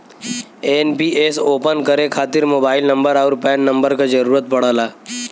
NPS open करे खातिर mobile number आउर पैन नंबर क जरुरत पड़ला